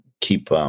keep